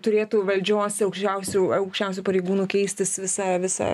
turėtų valdžios aukščiausių aukščiausių pareigūnų keistis visa visa